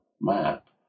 map